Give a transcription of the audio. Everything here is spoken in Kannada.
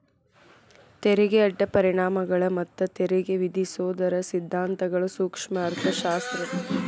ತೆರಿಗೆಯ ಅಡ್ಡ ಪರಿಣಾಮಗಳ ಮತ್ತ ತೆರಿಗೆ ವಿಧಿಸೋದರ ಸಿದ್ಧಾಂತಗಳ ಸೂಕ್ಷ್ಮ ಅರ್ಥಶಾಸ್ತ್ರದಾಗ ಪ್ರಮುಖ ವಿಷಯವಾಗ್ಯಾದ